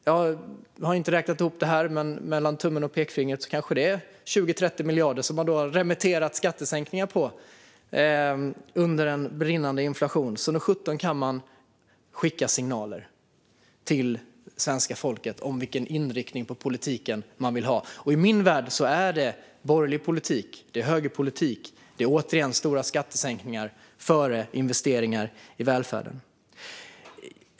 Jag har inte räknat ihop detta, men mellan tummen och pekfingret är det förslag på skattesänkningar om 20-30 miljarder man har remitterat - under brinnande inflation. Nog sjutton kan man alltså skicka signaler till svenska folket om vilken inriktning man vill ha på politiken! Och i min värld är detta borgerlig politik. Det är högerpolitik. Det är återigen stora skattesänkningar före investeringar i välfärden.